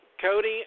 Cody